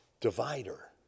divider